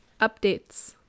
Updates